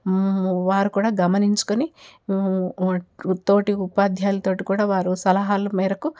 వారు కూడా గమనించుకొని తోటి ఉపాధ్యాయుల తోటి కూడా వారి సలహాలు మేరకు